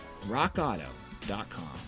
Rockauto.com